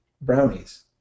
Brownies